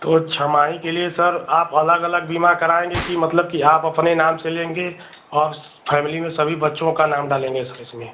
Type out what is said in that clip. तो छमाही के लिए सर आप अलग अलग बीमा कराएँगे कि मतलब कि आप अपने नाम से लेंगे और फ़ैमिली में सभी बच्चों का नाम डालेंगे सर इसमें